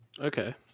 Okay